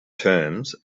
terms